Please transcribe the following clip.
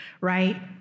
right